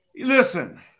Listen